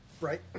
right